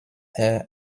air